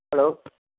hello